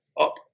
up